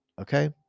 Okay